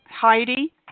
Heidi